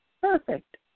Perfect